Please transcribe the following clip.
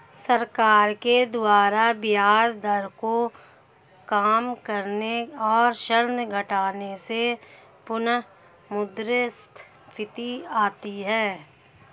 सरकार के द्वारा ब्याज दर को काम करने और ऋण घटाने से पुनःमुद्रस्फीति आती है